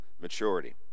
maturity